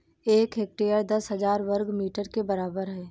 एक हेक्टेयर दस हजार वर्ग मीटर के बराबर है